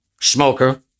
Smoker